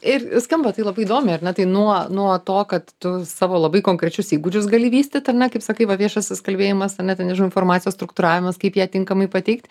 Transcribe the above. ir skamba tai labai įdomiai ar ne tai nuo nuo to kad tu savo labai konkrečius įgūdžius gali vystyt ar ne kaip sakai va viešasis kalbėjimas ar ne ten nežinau informacijos struktūravimas kaip ją tinkamai pateikt